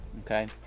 okay